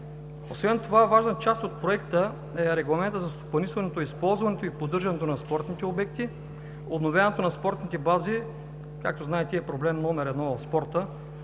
Освен това, важна част от Проекта е регламентът за стопанисването, използването и поддържането на спортните обекти. Обновяването на спортните бази, както знаете, е проблем номер едно в спорта,